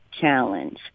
Challenge